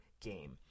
game